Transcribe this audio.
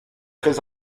très